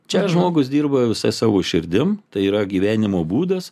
čia žmogus dirba visa savo širdim tai yra gyvenimo būdas